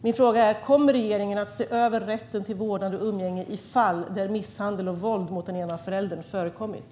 Min fråga är: Kommer regeringen att se över rätten till vårdnad och umgänge i fall där misshandel och våld mot den ena föräldern förekommer?